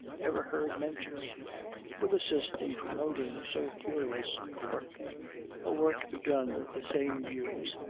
ever heard mentioned would assist in promoting so curious a work a work begun with the same views,